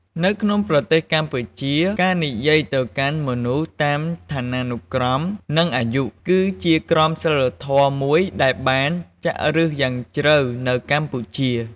នៅក្នុងប្រទេសកម្ពុជា ការនិយាយទៅកាន់មនុស្សតាមឋានានុក្រម និងអាយុ គឺជាក្រមសីលធម៌មួយដែលបានចាក់ឫសយ៉ាងជ្រៅនៅកម្ពុជា។